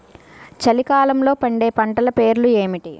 చలికాలంలో పండే పంటల పేర్లు ఏమిటీ?